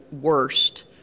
worst